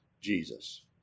Jesus